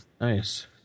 Nice